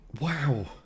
Wow